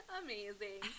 amazing